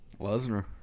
Lesnar